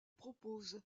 propose